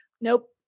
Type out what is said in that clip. Nope